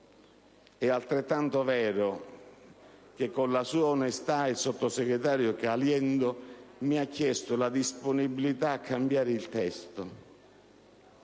è altrettanto vero che, con la sua onestà, il sottosegretario Caliendo mi ha chiesto la disponibilità a cambiare il testo.